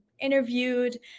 interviewed